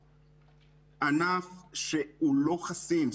ענף שהוא לא חסין,